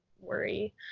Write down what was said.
worry